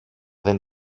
δεν